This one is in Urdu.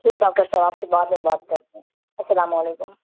جی ڈاکٹر صاحب آپ سے بعد میں بات کرتے ہیں السلام علیکم